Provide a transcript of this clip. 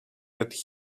that